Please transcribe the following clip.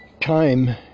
time